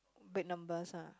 big numbers ah